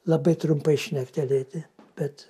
labai trumpai šnektelėti bet